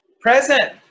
present